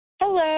Hello